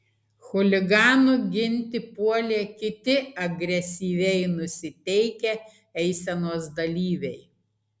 chuliganų ginti puolė kiti agresyviai nusiteikę eisenos dalyviai